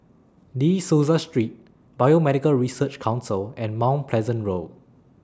De Souza Street Biomedical Research Council and Mount Pleasant Road